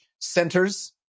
centers